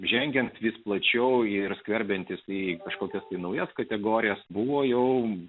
žengiant vis plačioji ir skverbiantis į kažkokias naujas kategorijas buvo jau